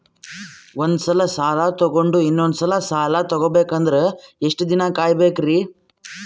ಒಂದ್ಸಲ ಸಾಲ ತಗೊಂಡು ಇನ್ನೊಂದ್ ಸಲ ಸಾಲ ತಗೊಬೇಕಂದ್ರೆ ಎಷ್ಟ್ ದಿನ ಕಾಯ್ಬೇಕ್ರಿ?